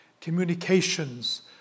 communications